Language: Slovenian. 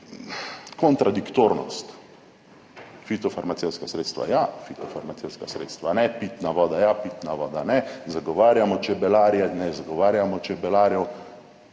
Kontradiktornost, fitofarmacevtska sredstva ja, fitofarmacevtska sredstva ne, pitna voda ja, pitna voda ne, zagovarjamo čebelarje, ne zagovarjamo čebelarjev.